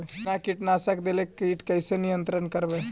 बिना कीटनाशक देले किट कैसे नियंत्रन करबै?